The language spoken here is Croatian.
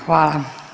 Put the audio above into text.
Hvala.